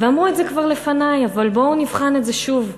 ואמרו את זה כבר לפני, אבל בואו נבחן את זה שוב.